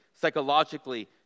psychologically